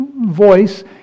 voice